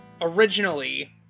originally